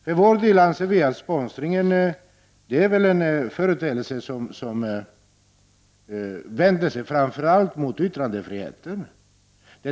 För vår del anser vi i vpk att sponsring är en företeelse som vänder sig framför allt mot yttrandefriheten.